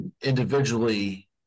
individually